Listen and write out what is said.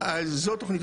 הנה תוכנית